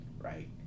right